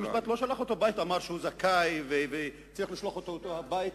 בית-המשפט לא שלח אותו הביתה ואמר שהוא זכאי וצריך לשלוח אותו הביתה.